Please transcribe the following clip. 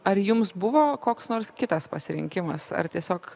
ar jums buvo koks nors kitas pasirinkimas ar tiesiog